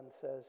says